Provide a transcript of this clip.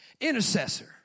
Intercessor